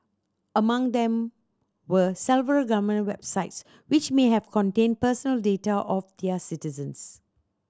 among them were several government websites which may have contained personal data of their citizens